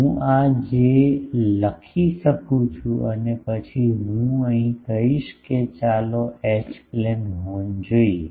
હું આ જેવું લખી શકું છું અને પછી હું કહીશ કે ચાલો એચ પ્લેન હોર્ન જોઈએ